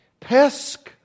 pesk